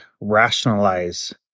rationalize